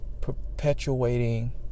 perpetuating